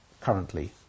currently